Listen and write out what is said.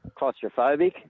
claustrophobic